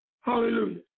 Hallelujah